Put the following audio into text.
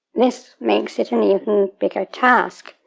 this makes it an even bigger task.